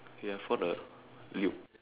ya for the Luke